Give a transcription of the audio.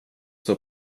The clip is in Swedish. står